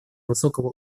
высокого